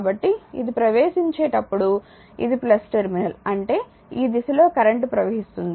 కాబట్టి ఇది ప్రవేశించేటప్పుడు ఇది టెర్మినల్ అంటే ఈ దిశలో కరెంట్ ప్రవహిస్తుంది